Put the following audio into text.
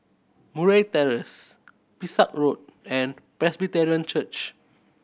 Murray Terrace Pesek Road and Presbyterian Church